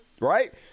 right